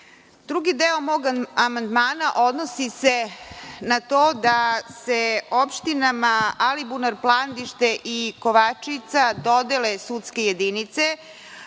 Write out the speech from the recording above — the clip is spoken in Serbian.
Kovin. Drugi deo mog amandmana odnosi se na to da se opštinama Alibunar, Plandište i Kovačica dodele sudske jedinice.